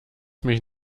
mich